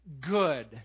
good